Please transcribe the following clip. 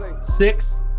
six